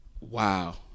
Wow